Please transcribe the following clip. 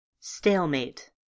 Stalemate